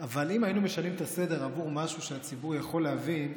אבל אם היינו משנים את הסדר בעבור משהו שהציבור יכול להבין,